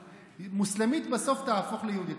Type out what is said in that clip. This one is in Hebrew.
מוסלמית בסוף תהפוך ליהודייה.